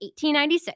1896